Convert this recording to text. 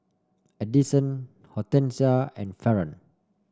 Edison Hortensia and Faron